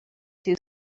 too